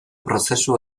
prozesu